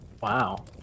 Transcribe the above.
wow